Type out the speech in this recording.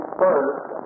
first